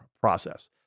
process